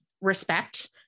respect